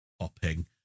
popping